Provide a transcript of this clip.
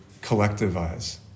collectivize